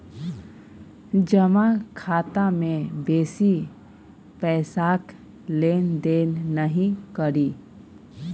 जमा खाता मे बेसी पैसाक लेन देन नहि करी